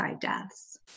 deaths